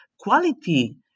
Quality